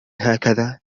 هكذا